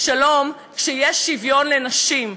שלום כשיהיה שוויון לנשים.